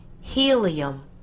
helium